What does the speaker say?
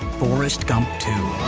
forrest gump two